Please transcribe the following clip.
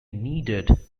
needed